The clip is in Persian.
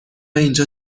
اینجا